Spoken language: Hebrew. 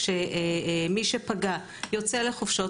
כשמי שפגע יוצא לחופשות,